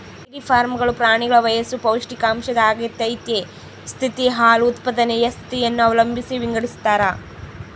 dairy ಫಾರ್ಮ್ಗಳು ಪ್ರಾಣಿಗಳ ವಯಸ್ಸು ಪೌಷ್ಟಿಕಾಂಶದ ಅಗತ್ಯತೆ ಸ್ಥಿತಿ, ಹಾಲು ಉತ್ಪಾದನೆಯ ಸ್ಥಿತಿಯನ್ನು ಅವಲಂಬಿಸಿ ವಿಂಗಡಿಸತಾರ